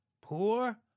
poor